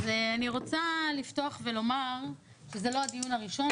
אז אני רוצה לפתוח ולומר שזה לא הדיון הראשון,